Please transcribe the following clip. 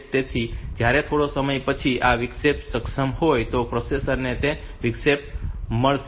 તેથી જ્યારે થોડા સમય પછી જો આ વિક્ષેપો સક્ષમ હોય તો આ પ્રોસેસર ને તે વિક્ષેપ મળશે